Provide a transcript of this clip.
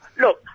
look